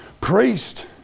priest